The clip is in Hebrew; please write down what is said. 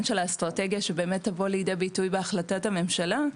האסטרטגיה שבאמת תבוא לידי ביטוי בהחלטת הממשלה,